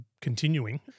continuing